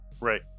right